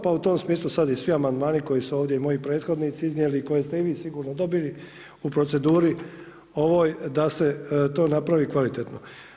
Pa u tom smislu sad i svi amandmani koje su i moji prethodnici iznijeli, koje ste i vi sigurno dobili u proceduri ovoj da se to napravi kvalitetno.